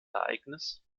ereignis